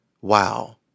Wow